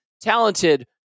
talented